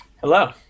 hello